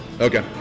Okay